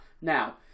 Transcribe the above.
Now